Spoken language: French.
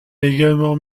également